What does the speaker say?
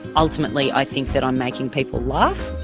ultimately i think that i'm making people laugh.